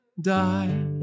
die